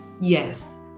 Yes